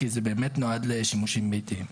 כי זה באמת נועד לשימושים ביתיים,